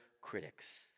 critics